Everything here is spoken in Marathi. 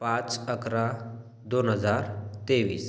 पाच अकरा दोन हजार तेवीस